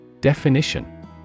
Definition